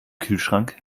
kühlschrank